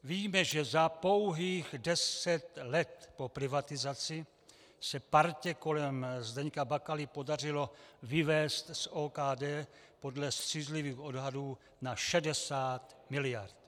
Víme, že za pouhých deset let po privatizaci se partě kolem Zdeňka Bakaly podařilo vyvést z OKD podle střízlivých odhadů na 60 mld.